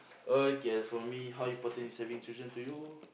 okay for me how important is having children to you